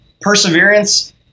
perseverance